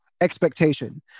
expectation